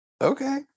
okay